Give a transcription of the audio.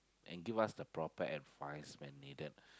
and give us the proper advise when needed